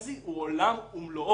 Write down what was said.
יכול להיות שהוא לא יאריך עוד ועוד ועוד.